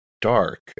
dark